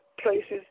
places